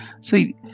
See